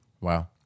wow